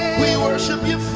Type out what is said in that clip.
worship him